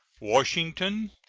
washington,